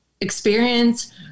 experience